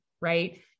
right